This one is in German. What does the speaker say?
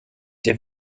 der